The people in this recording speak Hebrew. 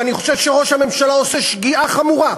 ואני חושב שראש הממשלה עושה שגיאה חמורה,